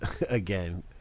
again